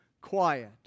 quiet